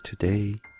today